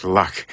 luck